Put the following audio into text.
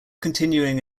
continuing